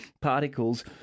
particles